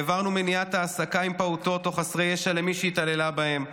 העברנו מניעת העסקה עם פעוטות או חסרי ישע למי שהתעללה בהם,